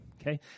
Okay